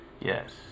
yes